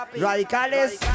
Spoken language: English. Radicales